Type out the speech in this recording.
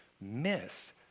miss